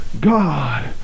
god